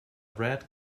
brad